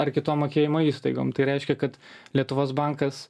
ar kitom mokėjimo įstaigom tai reiškia kad lietuvos bankas